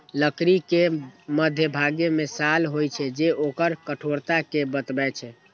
लकड़ी के मध्यभाग मे साल होइ छै, जे ओकर कठोरता कें बतबै छै